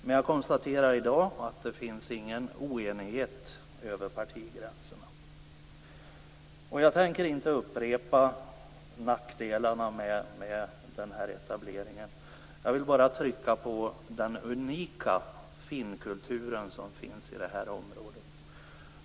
Men jag konstaterar i dag att det inte finns någon oenighet över partigränserna. Jag tänker inte upprepa nackdelarna med denna etablering. Jag vill bara trycka på den unika finnkulturen som finns i detta område.